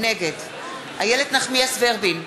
נגד איילת נחמיאס ורבין,